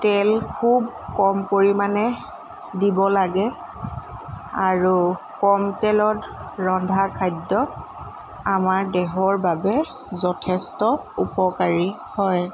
তেল খুব কম পৰিমাণে দিব লাগে আৰু কম তেলত ৰন্ধা খাদ্য আমাৰ দেহৰ বাবে যথেষ্ট উপকাৰী হয়